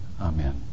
Amen